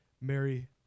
Mary